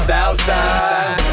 Southside